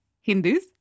Hindus